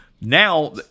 Now